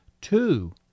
two